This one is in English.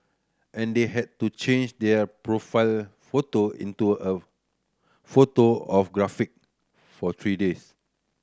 and they had to change their profile photo into a photo of giraffe for three days